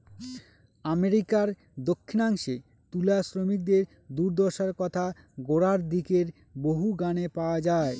আমেরিকার দক্ষিনাংশে তুলা শ্রমিকদের দূর্দশার কথা গোড়ার দিকের বহু গানে পাওয়া যায়